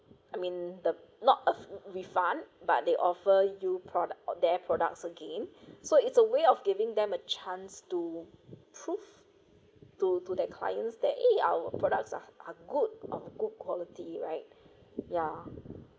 offer I mean the not a refund but they offer you product or their products again so it's a way of giving them a chance to prove to to their clients that eh our products are are good of good quality right ya